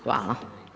Hvala.